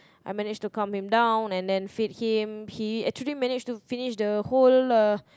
I managed to calm him down and then feed him he actually managed to finish the whole uh